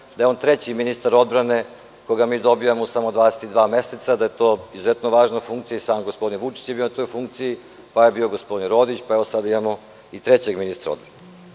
da je on treći ministar odbrane koga mi dobijamo u samo 22 meseca, da je to izuzetno važna funkcija i sam gospodin Vučić je bio na toj funkciji, pa je bio gospodin Rodić, pa evo sada imamo i trećeg ministra odbrane.O